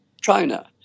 China